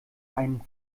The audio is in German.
einen